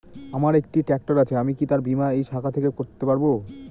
আমার একটি ট্র্যাক্টর আছে আমি কি তার বীমা এই শাখা থেকে করতে পারব?